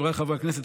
חבריי חברי הכנסת,